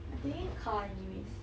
I'm taking car anyways